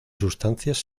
sustancias